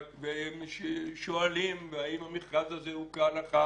והם שואלים: האם המכרז הזה הוא כהלכה?